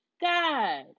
God